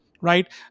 right